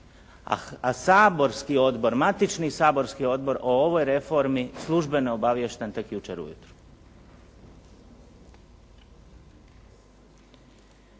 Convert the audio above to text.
a saborski odbor, matični saborski odbor o ovoj reformi službeno je obaviješten tek jučer u jutro.